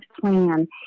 plan